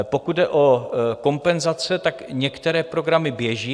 Pokud jde o kompenzace, některé programy běží.